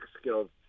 skills